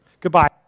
Goodbye